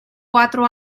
cuatro